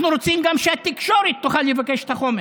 אנחנו רוצים גם שהתקשורת תוכל לבקש את החומר,